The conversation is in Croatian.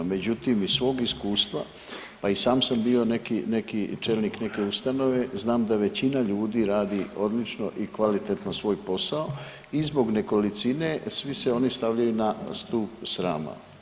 Međutim iz svog iskustva, pa i sam bio neki, neki čelnik neke ustanove znam a većina ljudi radi odlično i kvalitetno svoj posao i zbog nekolicine svi se oni stavljaju na stup srama.